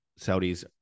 Saudis